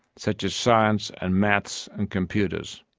such as science and maths and computers.